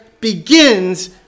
begins